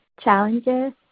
challenges